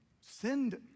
Send